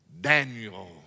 Daniel